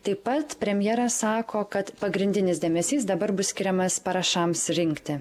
taip pat premjeras sako kad pagrindinis dėmesys dabar bus skiriamas parašams rinkti